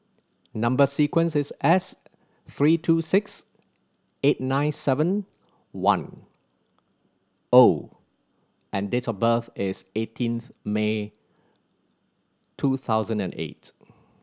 number sequence is S three two six eight nine seven one O and date of birth is eighteenth May two thousand and eight